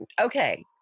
Okay